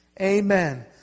Amen